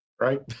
right